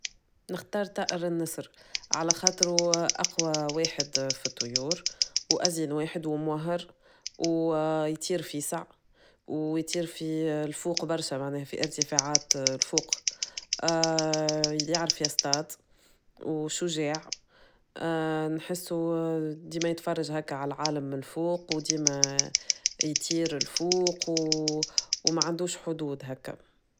نختار طائر النسر على خاطره اقوى واحد في الطيور. وازين واحد وماهر او يطير فيساع، ويطير في الفوق برشا معناه في ارتفاعات الفوق اللي يعرف يصطاد وشجاع نحسه ديما يتفرج هاكا على العالم من الفوق وديما يطير لفوق وما عندوش حدود هاكا.